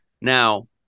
Now